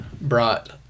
brought